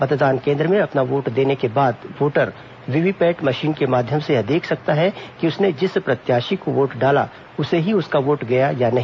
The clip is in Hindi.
मतदान केन्द्र में अपना वोट देने के बाद वोटर वीवीपैट मशीन के माध्यम से यह देख सकता है कि उसने जिस प्रत्याशी को वोट डाला उसे ही उसका वोट गया या नहीं